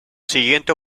siguiente